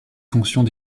fonctions